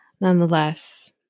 nonetheless